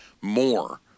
more